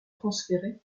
transférées